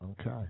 Okay